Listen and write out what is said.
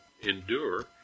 endure